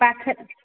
ପାଖ